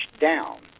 down